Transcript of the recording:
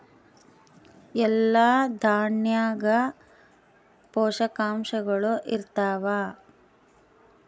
ಎಲ್ಲಾ ದಾಣ್ಯಾಗ ಪೋಷಕಾಂಶಗಳು ಇರತ್ತಾವ?